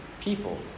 people